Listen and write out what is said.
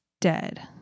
dead